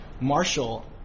Marshall